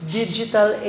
digital